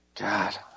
God